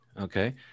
Okay